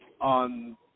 on